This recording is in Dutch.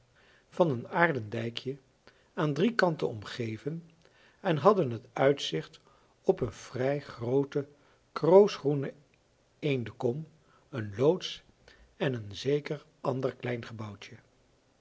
van een aarden dijkje aan drie kanten omgeven en hadden het uitzicht op een vrij groote kroosgroene eendekom een loods en een zeker ander klein gebouwtje